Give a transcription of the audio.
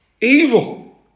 evil